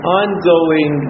ongoing